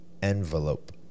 Envelope